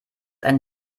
ein